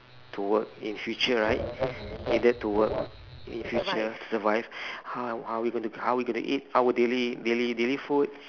to work in future right need them to work in future to survive how how we going to how we going to eat our our daily daily daily food